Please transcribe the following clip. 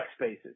spaces